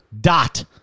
dot